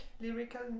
lyrical